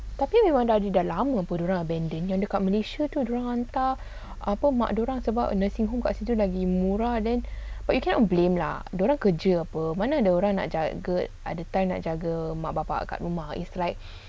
tapi memang dah ada dah lama pun dia orang abandon yang dekat malaysia pun dia orang hantar apa mak dia orang sebab nursing home dekat situ lagi murah then but you cannot blame lah dia orang kerja apa mana ada orang ada time nak jaga mak bapa kat rumah it's like